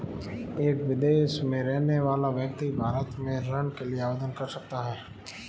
क्या विदेश में रहने वाला व्यक्ति भारत में ऋण के लिए आवेदन कर सकता है?